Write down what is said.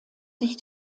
sich